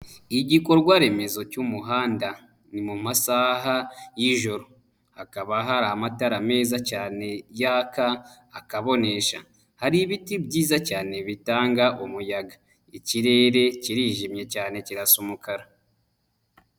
Igikorwa remezo cy'umuhanda. Ni mu masaha y'ijoro. Hakaba hari amatara meza cyane yaka akabonesha. Hari ibiti byiza cyane bitanga umuyaga. Ikirere kirijimye cyane kirasa umukara.